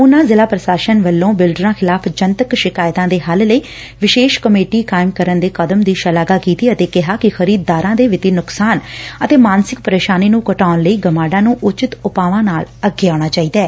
ਉਨਾਂ ਜ਼ਿਲ੍ਹਾ ਪ੍ਰਸ਼ਾਸਨ ਵੱਲੋਂ ਬਿਲਡਰਾਂ ਖ਼ਿਲਾਫ਼ ਜਨਤਕ ਸ਼ਿਕਾਇਤਾਂ ਦੇ ਹੱਲ ਦਾ ਵਿਸ਼ੇਸ਼ ਕਮੇਟੀ ਗਠਿਤ ਕਰਨ ਦੇ ਕਦਮ ਦੀ ਸ਼ਲਾਘਾ ਕੀਤੀ ਅਤੇ ਕਿਹਾ ਕਿ ਖਰੀਦਦਾਰਾ ਦੇ ਵਿੱਤੀ ਨੁਕਸਾਨ ਤੇ ਮਾਨਸਿਕ ਪ੍ਰੇਸ਼ਾਨੀ ਨੂੰ ਘਟਾਉਣ ਲਈ ਗਮਾਡਾ ਨੂੰ ਉਚਿਤ ਉਪਾਵਾਂ ਨਾਲ ਅੱਗੇ ਆਉਣਾ ਚਾਹੀਦੈ